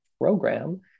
program